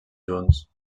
junts